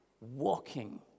walking